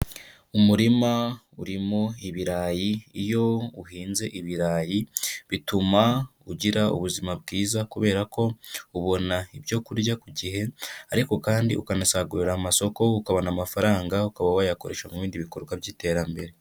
Umurima urimo ibirayi, iyo uhinze ibirayi bituma ugira ubuzima bwiza kubera ko ubona ibyo kurya ku gihe ariko kandi ukanasagurira amasoko, ukabona amafaranga, ukaba wayakoresha mu bindi bikorwa by'iterambere.